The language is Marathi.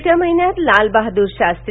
येत्या महिन्यात लाल बहादर शास्त्री